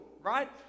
right